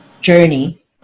journey